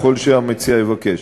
ככל שהמציע יבקש.